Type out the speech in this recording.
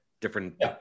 different